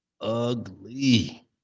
ugly